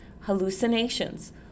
hallucinations